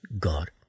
God